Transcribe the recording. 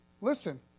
listen